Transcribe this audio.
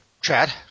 Chad